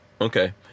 Okay